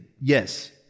yes